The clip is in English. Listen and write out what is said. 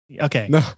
Okay